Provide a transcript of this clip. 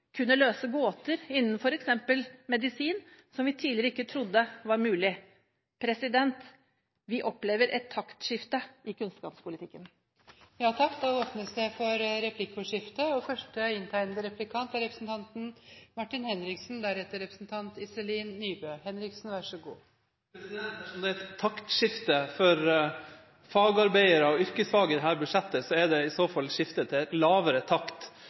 kunne løse gåter innen f.eks. medisin, som vi tidligere ikke trodde var mulig. Vi opplever et taktskifte i kunnskapspolitikken. Det blir replikkordskifte. Dersom det er et taktskifte for fagarbeidere og yrkesfag i dette budsjettet, er det i så fall et skifte til en lavere takt.